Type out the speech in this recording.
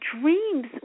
dreams